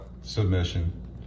Submission